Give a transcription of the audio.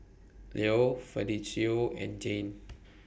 Llo Fidencio and Jane